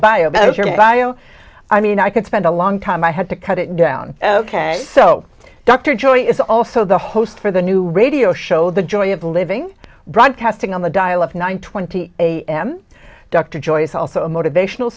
your bio i mean i could spend a long time i had to cut it down ok so dr joy is also the host for the new radio show the joy of living broadcasting on the dial of nine twenty am dr joyce also a motivational